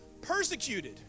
persecuted